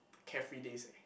carefree days eh